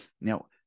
Now